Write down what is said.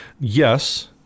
yes